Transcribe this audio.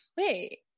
wait